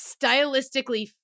stylistically